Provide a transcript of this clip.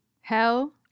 Hell